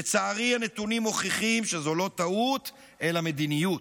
לצערי הנתונים מוכיחים שזו לא טעות, אלא מדיניות.